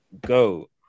go